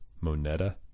Moneta